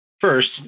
First